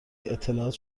اطلاعات